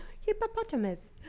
Hippopotamus